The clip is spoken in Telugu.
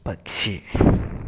పక్షి